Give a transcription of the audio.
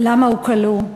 למה הוא כלוא,